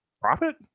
Profit